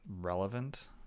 relevant